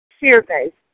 Fear-based